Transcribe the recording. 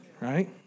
Right